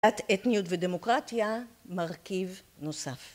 את אתניות ודמוקרטיה מרכיב נוסף